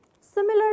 Similar